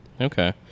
Okay